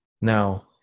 now